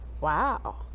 Wow